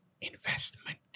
Investment